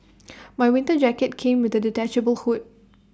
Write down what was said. my winter jacket came with A detachable hood